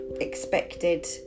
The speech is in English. expected